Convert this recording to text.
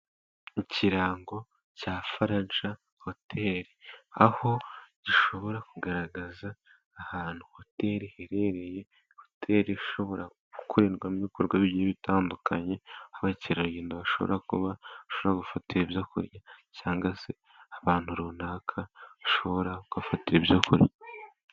Ikirango cya Faraja hoteli, aho gishobora kugaragaza ahantu hoteli iherereye. Hoteli ishobora gukorerwamo ibikorwa bigiye bitandukanye aho abakerarugendo bashobora kuba bashobora kuhafatira ibyo kurya, cyangwa se abantu runaka bashobora kuhafatira ibyo kurya.